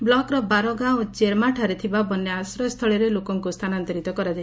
ବ୍ଲକର ବାରଗାଁ ଓ ଚିରମାଠାରେ ଥିବା ବନ୍ୟା ଆଶ୍ରୟସ୍ଥଳୀରେ ଲୋକଙ୍କୁ ସ୍ଥାନାନ୍ତରିତ କରାଯାଇଛି